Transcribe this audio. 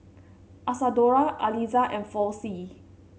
Isadora Aliza and Flossie